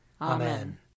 Amen